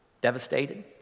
devastated